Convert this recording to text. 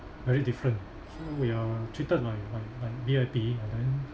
very different so we are treated like like like V_I_P and then